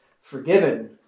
forgiven